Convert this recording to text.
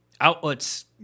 outlets